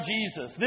Jesus